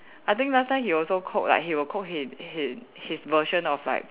I think last time he also cook like he will cook like he he his version of like